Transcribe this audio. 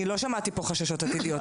אני לא שמעתי פה חששות עתידיים,